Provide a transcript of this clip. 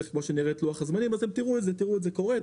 אתם תראו את זה קורה,